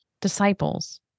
disciples